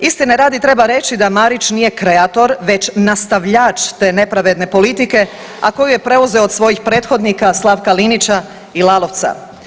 Istine radi, treba reći da Marić nije kreator, već nastavljač te nepravedne politike a koju je preuzeo od svojih prethodnika Slavka Linića i Lalovca.